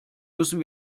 müssen